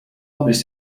volumes